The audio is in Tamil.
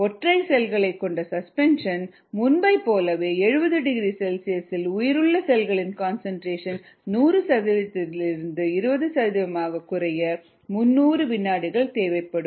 ஒற்றை செல்களை கொண்ட சஸ்பென்ஷனில் முன்பை போலவே 70 டிகிரி செல்சியஸில் உயிருள்ள செல்களின் கன்சன்ட்ரேஷன் 100 சதவீதத்தில் இருந்து 20 சதவீதமாகக் குறைய 300 வினாடிகள் தேவைப்படும்